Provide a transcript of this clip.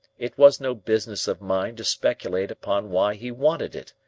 it was no business of mine to speculate upon why he wanted it.